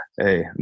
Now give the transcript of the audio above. Hey